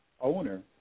owner